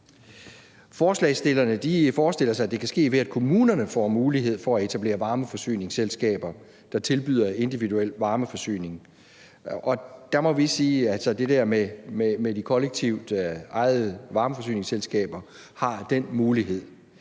Forslagsstillerne forestiller sig, at det kan ske, ved at kommunerne får mulighed for at etablere varmeforsyningsselskaber, der tilbyder individuel varmeforsyning. Og der må vi sige, at de kollektivt ejede varmeforsyningsselskaber har den mulighed,